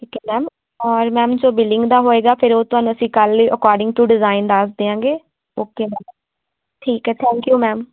ਠੀਕ ਹੈ ਮੈਮ ਔਰ ਮੈਮ ਜੋ ਬਿਲਿੰਗ ਦਾ ਹੋਏਗਾ ਫਿਰ ਉਹ ਤੁਹਾਨੂੰ ਅਸੀਂ ਕੱਲ੍ਹ ਹੀ ਅਕੋਰਡਿੰਗ ਟੂ ਡਿਜ਼ਾਇਨ ਦੱਸ ਦਿਆਂਗੇ ਓਕੇ ਮੈਮ ਠੀਕ ਹੈ ਥੈਂਕ ਯੂ ਮੈਮ